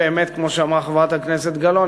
כמו שאמרה חברת הכנסת גלאון,